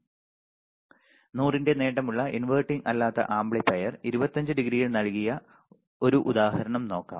100 ന്റെ നേട്ടമുള്ള ഇൻവെർട്ടിംഗ് അല്ലാത്ത ആംപ്ലിഫയർ 25 ഡിഗ്രിയിൽ നൽകിയ ഒരു ഉദാഹരണം നോക്കാം